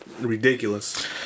ridiculous